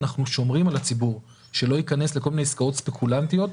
שאנחנו שומרים על הציבור שלא ייכנס לכל מיני עסקאות ספקולנטיות.